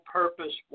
purpose